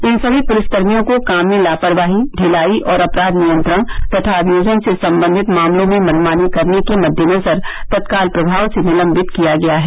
इन सभी पुलिसकर्मियों को काम में लापरवाही ढिलाई और अपराध नियंत्रण तथा अभियोजन से सम्बंधित मामलों में मनमानी करने के मद्देनज़र तत्काल प्रभाव से निलम्बित किया गया है